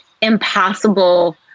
impossible